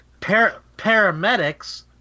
Paramedics